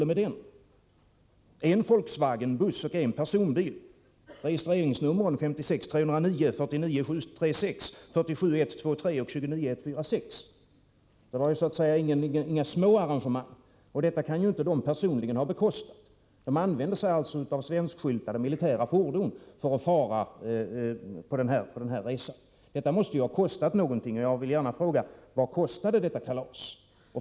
Det var dessutom en Volkswagenbuss och en personbil. Bilarnas registreringsnummer var 56 309, 49 736, 47 123 och 29 146. Det var alltså inga små arrangemang som man hade gjort, och dessa kan deltagarna inte personligen ha bekostat. Man använde alltså svenskskyltade militära fordon för att fara på denna resa. Detta måste ha kostat något, och jag vill därför fråga: Vad kostar detta kalas?